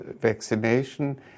vaccination